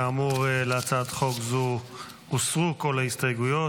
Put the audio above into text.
כאמור, להצעת חוק זו הוסרו כל ההסתייגויות.